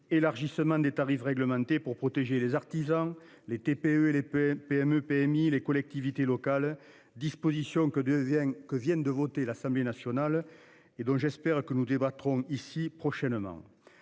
élargissement des tarifs réglementés pour protéger les artisans, les TPE et les PME PME PMI, les collectivités locales dispositions que devient que viennent de voter l'Assemblée nationale et donc j'espère que nous débattrons ici prochainement.